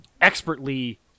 expertly